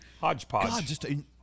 Hodgepodge